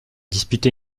disputé